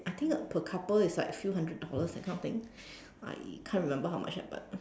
I think per couple it's like a few hundred dollars that kind of thing I can't remember how much ah but